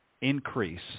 increase